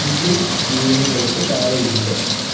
English തീയതികൾക്കു താഴെയുണ്ട്